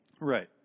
Right